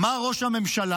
אמר ראש הממשלה,